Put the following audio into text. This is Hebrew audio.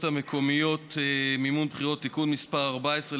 המקומיות (מימון בחירות) (תיקון מס' 14),